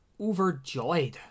overjoyed